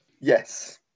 Yes